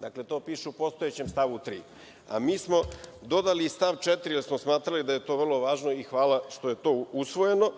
Dakle, to piše u postojećem stavu 3.Mi smo dodali i stav 4. jer smo smatrali da je to vrlo važno i hvala što je to usvojeno.